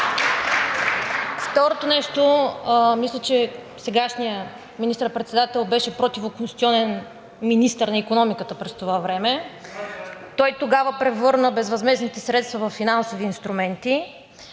Второто нещо, мисля, че сегашният министър-председател беше противоконституционен министър на икономиката през това време. Той тогава превърна безвъзмездните средства във финансови инструменти.